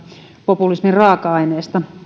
populismin raaka aineesta